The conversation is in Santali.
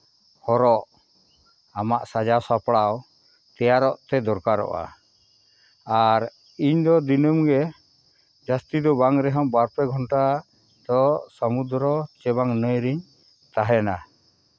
ᱦᱚᱨᱚᱜ ᱟᱢᱟᱜ ᱥᱟᱡᱟᱣ ᱥᱟᱯᱲᱟᱣ ᱛᱮᱭᱟᱨᱚᱜ ᱛᱮ ᱫᱚᱨᱠᱟᱨᱚᱜᱼᱟ ᱟᱨ ᱤᱧᱫᱚ ᱫᱤᱱᱟᱹᱢᱜᱮ ᱡᱟᱹᱥᱛᱤ ᱫᱚ ᱵᱟᱝ ᱨᱮᱦᱚᱸ ᱵᱟᱨᱯᱮ ᱜᱷᱚᱱᱴᱟ ᱫᱚ ᱥᱚᱢᱩᱫᱨᱚ ᱪᱮ ᱵᱟᱝ ᱱᱟᱹᱭᱨᱤᱧ ᱛᱟᱦᱮᱱᱟ